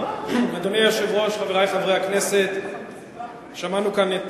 אדוני היושב-ראש, חברי חברי הכנסת, שמענו כאן את